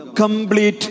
complete